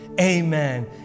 amen